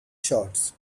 shorts